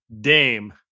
Dame